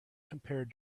compare